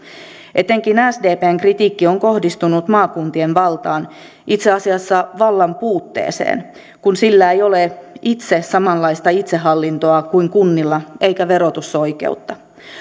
etenkin sdpn kritiikki on kohdistunut maakuntien valtaan itse asiassa vallan puutteeseen koska maakunnilla ei ole samanlaista itsehallintoa kuin kunnilla eikä verotusoikeutta